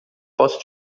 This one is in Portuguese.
posso